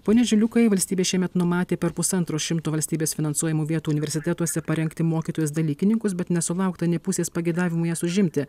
pone žiliukai valstybė šiemet numatė per pusantro šimto valstybės finansuojamų vietų universitetuose parengti mokytojus dalykininkus bet nesulaukta nė pusės pageidavimų jas užimti